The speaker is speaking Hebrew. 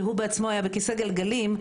שהוא בעצמו היה בכיסא גלגלים,